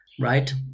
Right